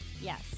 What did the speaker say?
Yes